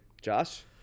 Josh